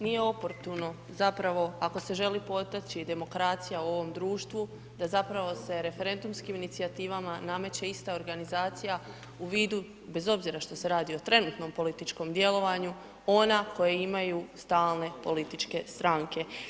Nije oportuno, zapravo ako se želi potaći demokracija u ovom društvu da zapravo se referendumskim inicijativama nameće ista organizacija u vidu, bez obzira što se radi o trenutnom političkom djelovanju ona koji imaju stalne političke stranke.